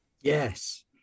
yes